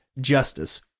justice